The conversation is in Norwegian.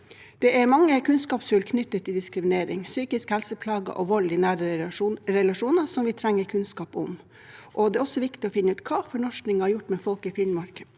Det er mange kunnskapshull knyttet til diskriminering, psykiske helseplager og vold i nære relasjoner som vi trenger kunnskap om. Det er også viktig å finne ut hva fornorskingen har gjort med folk i Finnmark